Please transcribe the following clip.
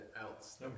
else